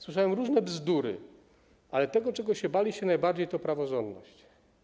Słyszałem różne bzdury, ale tego, czego się baliście najbardziej, to praworządność.